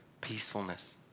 peacefulness